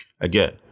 Again